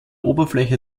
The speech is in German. oberfläche